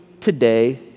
today